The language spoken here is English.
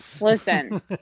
Listen